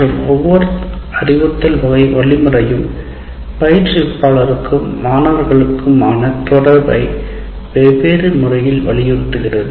மற்றும் ஒவ்வொரு அறிவுறுத்தல் வழிமுறையும் பயிற்றுவிப்பாளர் இருக்கும் மாணவர்களுக்கு ஆன தொடர்பை வெவ்வேறு முறையில் வலியுறுத்துகிறது